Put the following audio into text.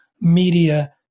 media